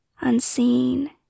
Unseen